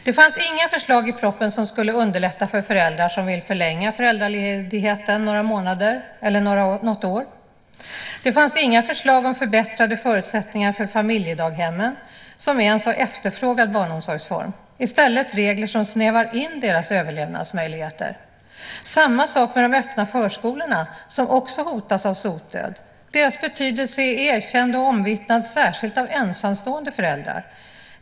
Det fanns inga förslag i propositionen som skulle underlätta för föräldrar som vill förlänga ledigheten några månader eller något år. Det fanns inga förslag om förbättrade förutsättningar för familjedaghemmen, som är en så efterfrågad barnomsorgsform, i stället regler som snävar in deras överlevnadsmöjligheter. Samma sak är det med de öppna förskolorna som också hotas av sotdöd. Deras betydelse är erkänd och omvittnad, särskilt av ensamstående föräldrar.